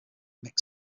mick